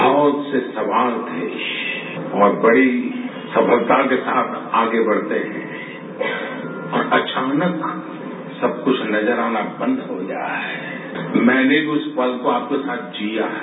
बहुत से सवाल थे और बड़ी सफलता के साथ आगे बढ़ते हैं और अचानक सब कुछ नजर आना बंद हो जाये मैंने भी आपके साथ उस पल को जिया है